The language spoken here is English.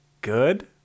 good